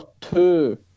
two